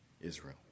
Israel